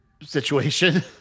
situation